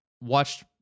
watched